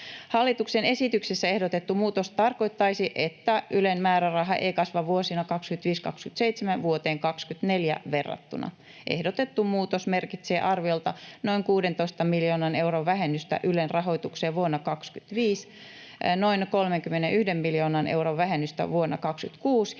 Hallituksen esityksessä ehdotettu muutos tarkoittaisi, että Ylen määräraha ei kasva vuosina 25—27 vuoteen 24 verrattuna. Ehdotettu muutos merkitsee arviolta noin 16 miljoonan euron vähennystä Ylen rahoitukseen vuonna 25, noin 31 miljoonan euron vähennystä vuonna 26